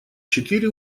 четыре